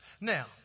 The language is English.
Now